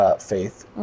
faith